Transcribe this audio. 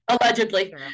Allegedly